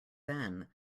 then